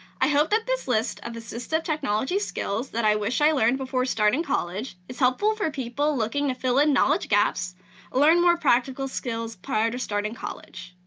i hope that this list of assistive technology skills that i wish i learned before starting college is helpful for people looking to fill in knowledge gaps or learn more practical skills prior to starting college.